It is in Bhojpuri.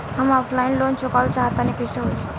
हम ऑफलाइन लोन चुकावल चाहऽ तनि कइसे होई?